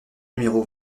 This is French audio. numéro